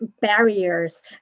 barriers